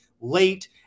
late